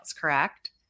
correct